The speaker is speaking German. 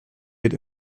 wird